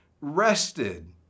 rested